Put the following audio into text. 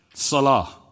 Salah